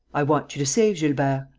i want you to save gilbert.